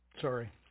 Sorry